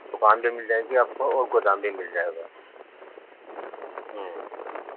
دوکان بھی مل جائے گی آپ کو اور گودام بھی مل جائے گا ہوں